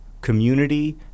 community